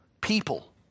people